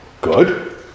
Good